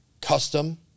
custom